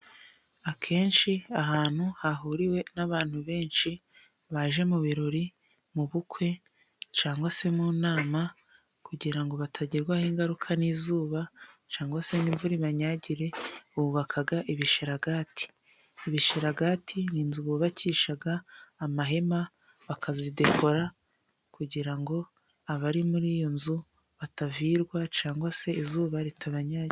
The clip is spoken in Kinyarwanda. Akenshi ahantu hahuriwe n'abantu benshi baje mu birori, mu bukwe cyangwa se mu nama, kugira ngo batagerwaho ingaruka n'izuba cyangwa se n'imvura itabanyagira, bubaka ibisharagati. Ibisharagati ni inzu bubakisha amahema bakazidekora, kugira ngo abari muri iyo nzu batavirwa cyangwa se izuba ritabanyagira.